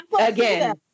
Again